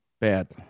Bad